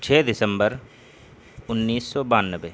چھ دسمبر انیس سو بانوے